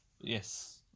Yes